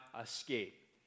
escape